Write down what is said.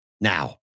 now